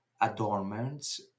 adornments